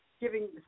giving